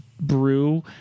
brew